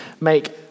make